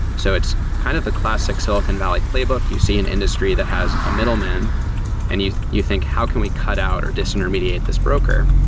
so it's kind of the classic silicon valley playbook. you see an industry that has a middleman and you you think, how can we cut out or disintermediate this broker?